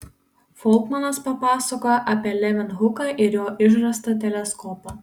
folkmanas papasakojo apie levenhuką ir jo išrastą teleskopą